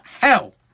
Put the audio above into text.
hell